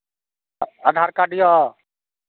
आधार कार्ड यए